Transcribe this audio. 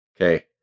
okay